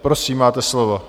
Prosím, máte slovo.